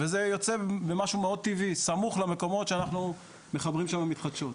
זה יוצא במשהו סמוך למקומות שאנחנו מתחברים שם מתחדשות,